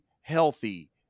healthy